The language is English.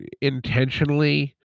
intentionally